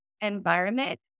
environment